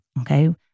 Okay